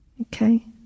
Okay